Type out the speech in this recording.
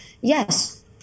Yes